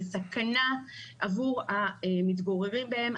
בסכנה עבור המתגוררים בהם.